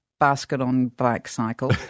basket-on-bike-cycle